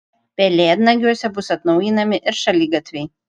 pelėdnagiuose bus atnaujinami ir šaligatviai